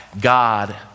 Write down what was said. God